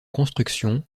construction